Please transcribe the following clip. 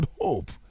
hope